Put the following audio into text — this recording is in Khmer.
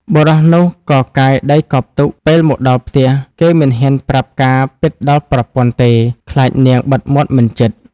បុរសនោះក៏កាយដីកប់ទុក ពេលមកដល់ផ្ទះ គេមិនហ៊ានប្រាប់ការណ៍ពិតដល់ប្រពន្ធទេ ខ្លាចនាងបិទមាត់មិនជិត ។